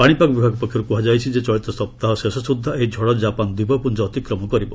ପାଣିପାଗ ବିଭାଗ ପକ୍ଷର୍ କୃହାଯାଇଛି ଯେ ଚଳିତ ସପ୍ତାହର ଶେଷ ସ୍ବଦ୍ଧା ଏହି ଝଡ ଜାପାନ ଦ୍ୱିପପ୍ରଞ୍ଜ ଅତିକ୍ରମ କରିବ